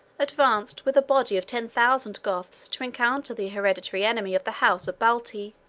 advanced with a body of ten thousand goths to encounter the hereditary enemy of the house of balti.